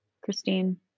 Christine